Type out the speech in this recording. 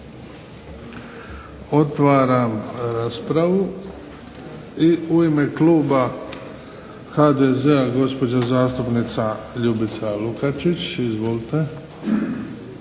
Otvaram raspravu. I u ime kluba HDZ-a, gospođa zastupnica Ljubica Lukačić. Izvolite.